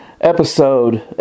episode